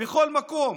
בכל מקום,